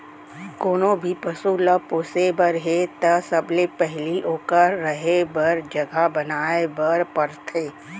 कोनों भी पसु ल पोसे बर हे त सबले पहिली ओकर रहें बर जघा बनाए बर परथे